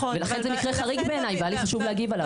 לכן זה מקרה חריג בעיניי והיה לי חשוב להגיב עליו.